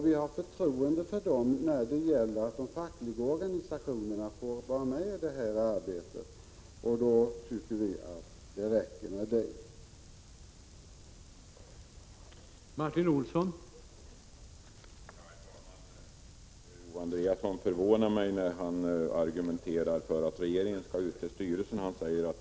Vi har förtroende för en sådan ordning och tycker den är tillfredsställande med tanke på att även de fackliga organisationerna är med i detta arbete.